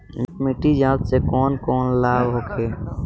मिट्टी जाँच से कौन कौनलाभ होखे?